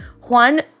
Juan